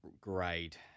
Great